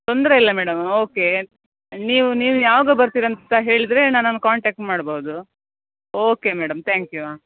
ತೊಂದರೆಯಿಲ್ಲ madam okay ನೀವು ನೀವು ಯಾವಾಗ ಬರ್ತೀರಂತ ಹೇಳಿದರೆ ನನ್ನನ್ನು ಕಾಂಟೆಕ್ಟ್ ಮಾಡ್ಬೋದು ಓಕೆ ಮೇಡಮ್ ತ್ಯಾಂಕ್ ಯು ಹಾಂ